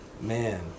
man